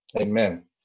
amen